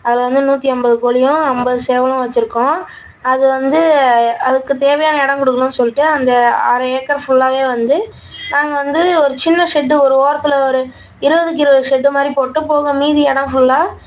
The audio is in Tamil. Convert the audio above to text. அதில் வந்து நூற்றி ஐம்பது கோழியும் ஐம்பது சேவலும் வெச்சிருக்கோம் அது வந்து அதுக்கு தேவையான இடம் கொடுக்கணுன்னு சொல்லிட்டு அந்த அரை ஏக்கர் ஃபுல்லாகவே வந்து நாங்கள் வந்து ஒரு சின்ன ஷெட்டு ஒரு ஓரத்தில் ஒரு இருபதுக்கு இருபது ஷெட்டு மாதிரி போட்டு போக மீதி இடம் ஃபுல்லாக